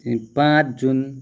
पाँच जुन